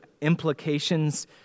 implications